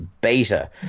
beta